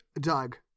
Doug